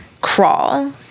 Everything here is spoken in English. crawl